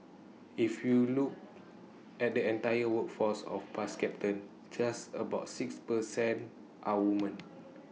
if you look at the entire workforce of bus captains just about six per cent are women